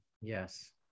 yes